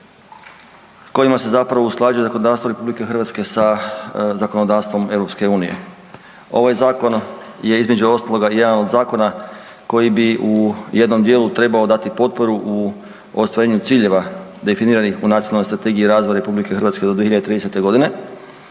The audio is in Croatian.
kojima se u stvari usklađuje zakonodavstvo RH sa zakonodavstvom EU. Ovaj zakon je između ostaloga i jedan od zakona koji bi u jednom dijelu trebao dati potporu u ostvarivanju ciljeva definiranih u Nacionalnoj strategiji razvoja RH do 2030.g.,